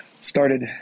started